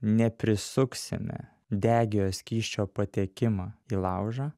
neprisuksime degiojo skysčio patekimą į laužą